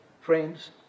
friends